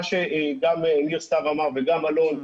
מה שגם ניר סתיו אמר וגם אלון,